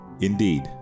Indeed